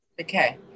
Okay